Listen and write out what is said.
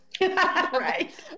Right